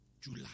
July